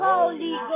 Holy